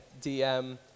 DM